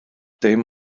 dim